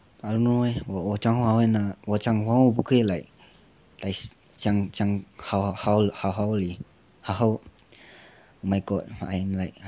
I don't know eh 我我讲华文额我讲华文我不可以 like like 讲讲好好 leh 好好 oh my god I'm like